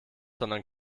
sondern